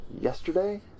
yesterday